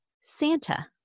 Santa